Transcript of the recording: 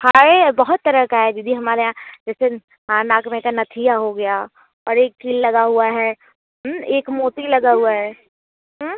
हाए बहुत तरह का है दीदी हमारे यहाँ जैसे नाक में का नथिया हो गया और एक कील लगा हुआ है एक मोती लगा हुआ है